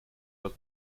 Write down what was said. was